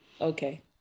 Okay